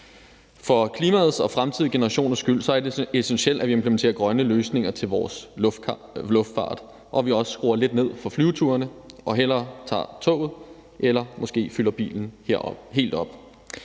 For klimaets og fremtidige generationers skyld er det essentielt, at vi implementerer grønne løsninger i vores luftfart, og at vi også skruer lidt ned for flyveturene og hellere tager toget eller måske fylder bilen helt op.